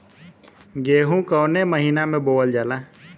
गेहूँ कवने महीना में बोवल जाला?